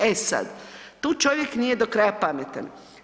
E sad, tu čovjek nije do kraja pametan.